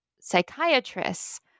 psychiatrists